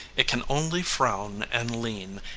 it can only frown and lean,